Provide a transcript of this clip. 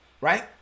right